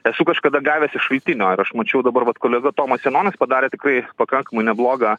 esu kažkada gavęs iš šaltinio ir aš mačiau dabar vat kolega tomas janonas padarė tikrai pakankamai neblogą